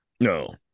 No